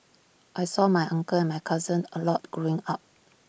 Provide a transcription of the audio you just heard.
I saw my uncle and my cousins A lot growing up